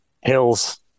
Hills